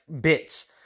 bits